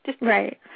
Right